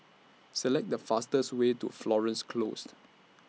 Select The fastest Way to Florence Closed